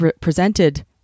presented